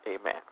Amen